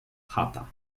chata